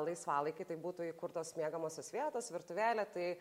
laisvalaikį tai būtų įkurtos miegamosios vietos virtuvėlė tai